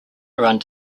around